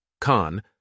Khan